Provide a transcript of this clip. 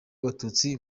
abatutsi